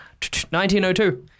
1902